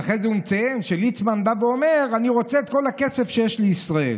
ואחרי זה הוא מציין שליצמן בא ואומר: אני רוצה את כל הכסף שיש לישראל.